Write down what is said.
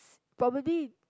probably